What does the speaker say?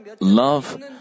love